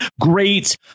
great